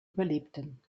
überlebten